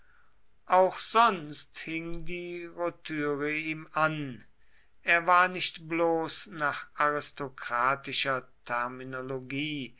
auch sonst hing die rotüre ihm an er war nicht bloß nach aristokratischer terminologie